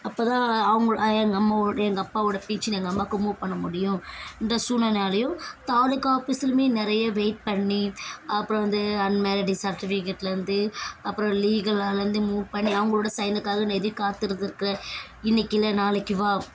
அப்போ தான் அவங்க எங்கள் அம்மாவோ எங்கள் அப்பாவோட பென்ஷன் எங்கள் அம்மாவுக்கு மூவ் பண்ண முடியும் இந்த சூல்நிலையாலையும் தாலுக்கா ஆஃபீஸ்லியுமே நிறைய வெயிட் பண்ணி அப்புறம் வந்து அன் மேரீடு சட்டிவிகேட்ல இருந்து அப்புறம் லீகலாயிருந்து மூவ் பண்ணி அவங்களோட சைனுக்காக நிறைய காத்திருந்திருக்கேன் இன்றைக்கு இல்லை நாளைக்கு வா